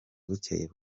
bukeye